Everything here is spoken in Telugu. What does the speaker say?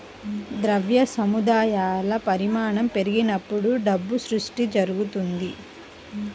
ద్రవ్య సముదాయాల పరిమాణం పెరిగినప్పుడు డబ్బు సృష్టి జరుగుతది